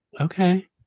Okay